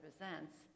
represents